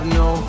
no